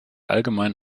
allgemein